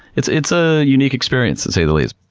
it's it's a unique experience to say the least.